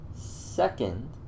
Second